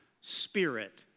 spirit